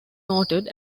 noted